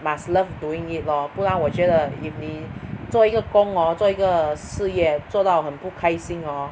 must love doing it lor 不然我觉得 if 你做一个功 hor 做一个事业做到很不开心 hor